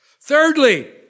Thirdly